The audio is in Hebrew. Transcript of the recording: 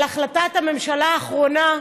להחלטת הממשלה האחרונה,